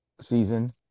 season